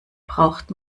braucht